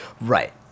Right